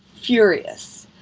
furious,